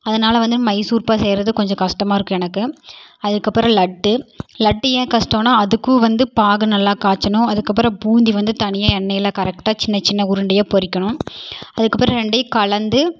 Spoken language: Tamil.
அதனால் வந்து மைசூர்பா செய்யறது கொஞ்சம் கஷ்டமாக இருக்கும் எனக்கு அதற்கப்பறம் லட்டு லட்டு ஏன் கஷ்டம்னா அதுக்கும் வந்து பாகு நல்லா காய்ச்சணும் அதற்கப்பறம் பூந்தி வந்து தனியாக எண்ணெய்யில் கரெக்டாக சின்ன சின்ன உருண்டையாக பொரிக்கணும் அதற்கப்பறம் ரெண்டையும் கலந்து